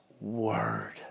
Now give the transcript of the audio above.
word